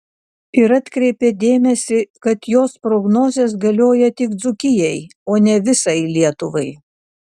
ir atkreipė dėmesį kad jos prognozės galioja tik dzūkijai o ne visai lietuvai